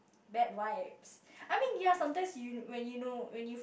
bad vibes I mean ya sometimes you when you know when you